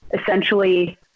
Essentially